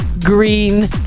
green